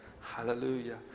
Hallelujah